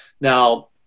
Now